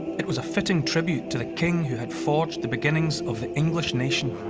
it was a fitting tribute to the king who had forged the beginnings of the english nation.